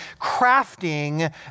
crafting